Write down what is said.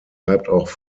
auch